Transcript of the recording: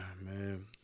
man